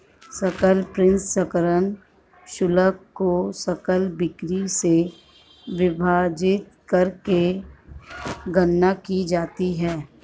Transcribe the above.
सकल प्रसंस्करण शुल्क को सकल बिक्री से विभाजित करके गणना की जाती है